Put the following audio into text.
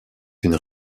une